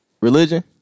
Religion